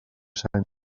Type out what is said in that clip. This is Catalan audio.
sant